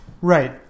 Right